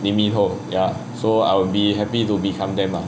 lee min ho ya so I would be happy to become them lah